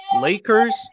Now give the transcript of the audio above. Lakers